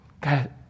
God